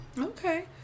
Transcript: Okay